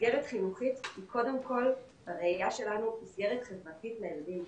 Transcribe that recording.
מסגרת חינוכית היא קודם כל בראייה שלנו מסגרת חברתית לילדים.